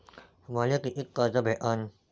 मले कितीक कर्ज भेटन?